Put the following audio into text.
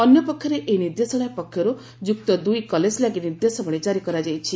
ଅନ୍ୟପକ୍ଷରେ ଏହି ନିର୍ଦ୍ଦେଶାଳୟ ପକ୍ଷରୁ ଯୁକ୍ତ ଦୁଇ କଲେଜ ଲାଗି ନିର୍ଦ୍ଦେଶାବଳୀ ଜାରି କରାଯାଇଛି